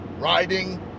riding